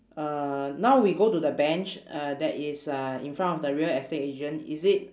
err now we go to the bench that is uh in front of the real estate agent is it